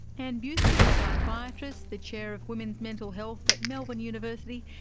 anne buist is a psychiatrist, the chair of women's mental health at melbourne university,